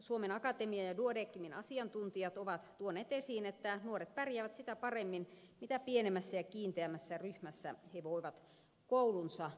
suomen akatemian ja duodecimin asiantuntijat ovat tuoneet esiin että nuoret pärjäävät sitä paremmin mitä pienemmässä ja kiinteämmässä ryhmässä he voivat koulunsa käydä